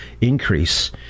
increase